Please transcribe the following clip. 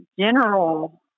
general